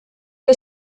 què